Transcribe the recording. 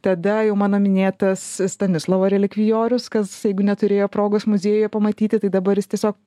tada jau mano minėtas stanislovo relikvijorius kas jeigu neturėjo progos muziejuje pamatyti tai dabar jis tiesiog